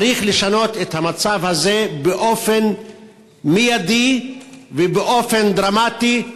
צריך לשנות את המצב הזה באופן מיידי ובאופן דרמטי.